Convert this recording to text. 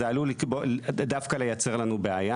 אז זה עלול דווקא לייצר לנו בעיה,